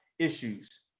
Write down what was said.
issues